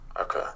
Okay